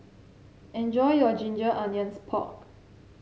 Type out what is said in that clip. enjoy your Ginger Onions Pork